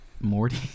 Morty